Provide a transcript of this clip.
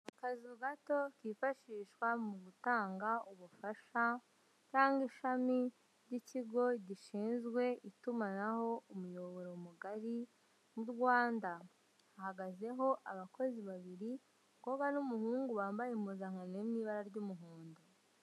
Akazu gato kifashishwa mu gutanda ubufasha, cyangwa ishami ry'ikigo gishinzwe itumanaho, umuyoboro mugari, mu Rwanda. Hahagazeho abakozi babiri; umukobwa n'umuhungu bambaye impuzankano iri mu ibara ry'umuhondo.